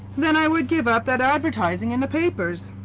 then i would give up that advertising in the papers.